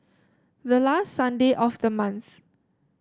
the last Sunday of the month